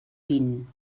vint